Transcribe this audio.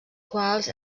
quals